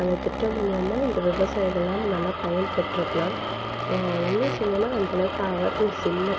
அந்த திட்டம் மூலயமா இந்த விவசாயிகள்லாம் நல்லா பயன்பெற்றுக்கலாம் இன்னும் சொல்லலுன்னா அந்த அளவுக்கு அவேர்நெஸ் இல்லை